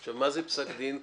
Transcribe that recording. מה זה פסק דין?